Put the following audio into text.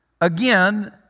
again